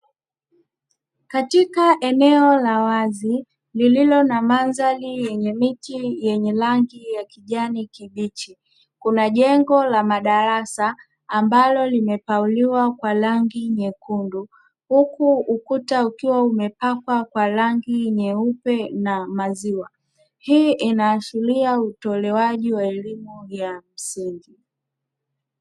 Katika eneo la wazi lililo na mandhari yenye miti ya rangi yenye kijani kibichi, kuna jengo la madarasa ambalo limepauliwa kwa rangi nyekundu, huku ukuta ukiwa umepakwa kwa rangi nyeupe na maziwa. Hii inaashiria utolewaji wa elimu ya msingi.